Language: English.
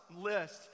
list